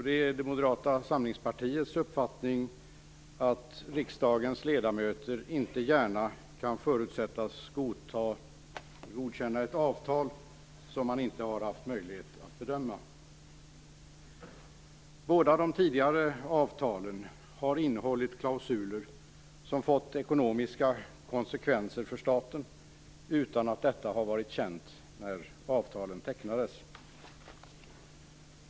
Det är Moderata samlingspartiets uppfattning att riksdagens ledamöter inte gärna kan förutsättas godkänna ett avtal som man inte har haft möjlighet att bedöma. Båda de tidigare avtalen har innehållit klausuler som fått ekonomiska konsekvenser för staten, utan att detta har varit känt när avtalen tecknades.